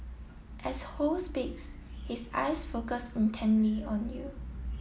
as Ho speaks his eyes focus intently on you